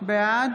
בעד